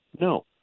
no